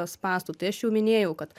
spąstų tai aš jau minėjau kad